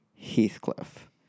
Heathcliff